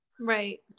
Right